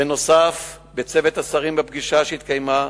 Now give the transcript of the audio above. בנוסף, בצוות השרים, בפגישה שהתקיימה,